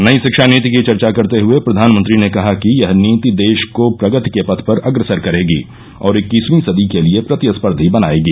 नई शिक्षा नीति की चर्चा करते हए प्रधानमंत्री ने कहा कि यह नीति देश को प्रगति के पथ पर अग्रसर करेगी और इक्कीसवीं सदी के लिए प्रतिस्पर्धी बनायेगी